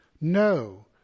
No